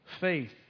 Faith